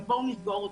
אז בואו נסגור אתכם.